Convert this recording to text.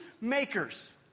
makers